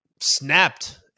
snapped